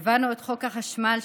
העברנו את חוק החשמל,